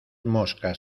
moscas